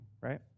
right